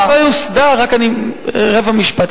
חבר הכנסת פלסנר, אתה צודק, אבל, רק רבע משפט.